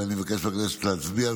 אני מבקש מהכנסת להצביע.